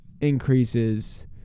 increases